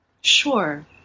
Sure